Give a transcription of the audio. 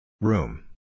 Room